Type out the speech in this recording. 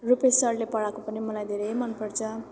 rupees सरले पढाएको पनि मलाई धेरै मनपर्छ